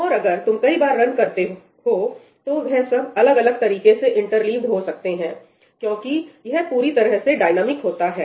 और अगर तुम कई बार रन करते हो तो वह सब अलग अलग तरीके से इंटरलीव्ड हो सकते हैं क्योंकि यह पूरी तरह से डायनेमिक होता है